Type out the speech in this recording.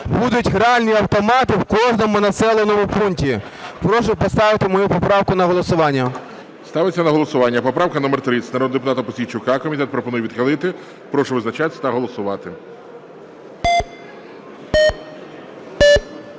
Будуть гральні автомати в кожному населеному пункті. Прошу поставити мою поправку на голосування. ГОЛОВУЮЧИЙ. Ставиться на голосування правка номер 30 народного депутата Пузійчука. Комітет пропонує відхилити. Прошу визначатися та голосувати.